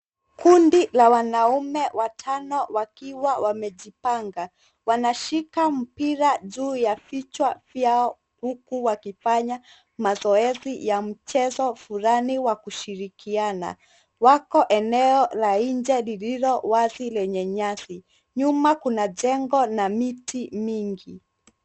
Kundi la wanaume watano wakiwa wamejipanga. Wanashika mpira juu ya vichwa vyao huku wakifanya mazoezi ya mchezo fulani wakushirikiana. Wako eneo la nje lililo wazi lenye nyasi. Nyuma kuna jengo na miti mingi.